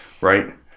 right